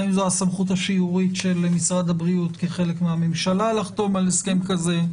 האם זו הסמכות השיורית של משרד הבריאות כחלק מהממשלה לחתום על הסכם כזה,